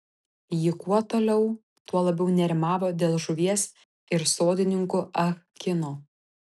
ji kuo toliau tuo labiau nerimavo dėl žuvies ir sodininko ah kino